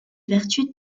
vertus